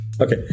Okay